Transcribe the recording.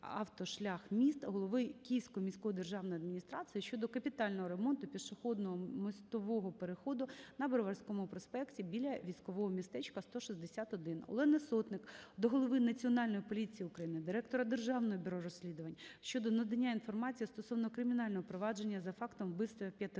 "Київавтошляхміст", голови Київської міської державної адміністрації щодо капітального ремонту пішохідно-мостового переходу на Броварському проспекті біля Військового містечка, 161. Олени Сотник до голови Національної поліції України, директора Державного бюро розслідувань щодо надання інформації стосовно кримінального провадження за фактом вбивства 5-річного